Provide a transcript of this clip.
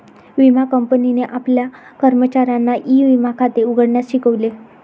विमा कंपनीने आपल्या कर्मचाऱ्यांना ई विमा खाते उघडण्यास शिकवले